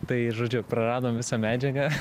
tai žodžiu praradom visą medžiagą